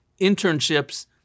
internships